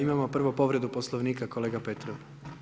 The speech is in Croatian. Imamo prvo povredu Poslovnika, kolega Petrov.